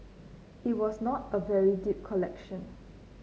it was not a very deep collection